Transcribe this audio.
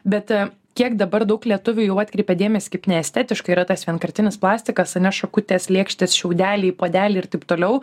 bet kiek dabar daug lietuvių jau atkreipė dėmesį kaip neestetiškai yra tas vienkartinis plastikas ane šakutės lėkštės šiaudeliai puodeliai ir taip toliau